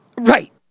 Right